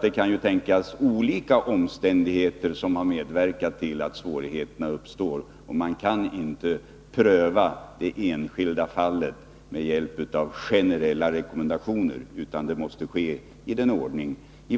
Det kan ju tänkas vara olika omständigheter som har medverkat till att svårigheterna uppstår, och man kan inte pröva det enskilda fallet med hjälp av generella rekommendationer, utan det måste ske i den ordning som